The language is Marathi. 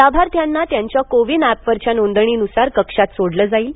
लाभार्थ्यांना त्यांच्या कोविन एपवरच्या नोंदणीनुसार कक्षात सोडलं जाईल